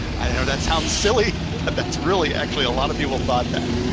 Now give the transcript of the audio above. i know that sounds silly, but that's really actually a lot of people thought that.